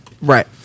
Right